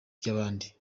by’abandi